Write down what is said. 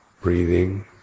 breathing